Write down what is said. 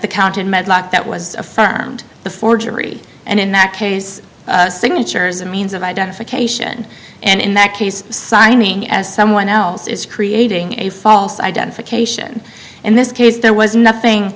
signature count in met life that was affirmed the forgery and in that case signatures a means of identification and in that case signing as someone else is creating a false identification in this case there was nothing